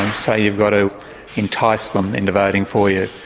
um so you've got to entice them into voting for you.